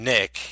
Nick